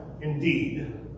indeed